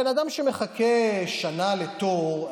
בן אדם שמחכה שנה לתור,